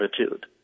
attitude